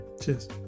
Cheers